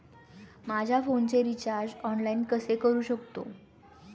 माझ्या फोनचे recharge online कसे करू शकतो?